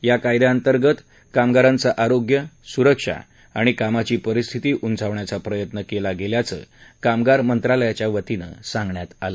या कायद्याअंतर्गत कामगारांचे आरोग्य सुरक्षा आणि कामांची परिस्थिती उंचावण्याचा प्रयत्न केला गेला असल्याचं कामगार मंत्रालयातर्फे सांगण्यात आलं